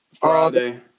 Friday